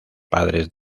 padres